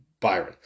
Byron